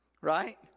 right